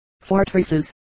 Fortresses